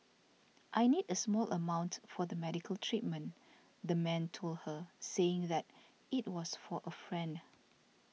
I need a small amount for the medical treatment the man told her saying that it was for a friend